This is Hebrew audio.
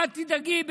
מה תדאגי?